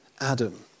Adam